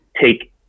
take